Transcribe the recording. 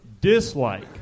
Dislike